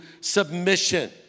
submission